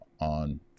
on